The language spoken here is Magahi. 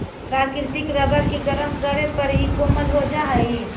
प्राकृतिक रबर के गरम करे पर इ कोमल हो जा हई